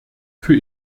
für